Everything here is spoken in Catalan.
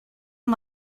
amb